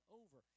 over